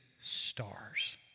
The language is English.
stars